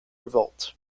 revolt